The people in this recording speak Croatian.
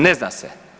Ne zna se.